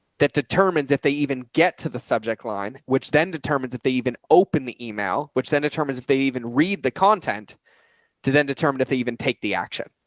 that determines if they even get to the subject line, which then determines if they even open the email, which then determines if they even read the content to then determine if they even take the action.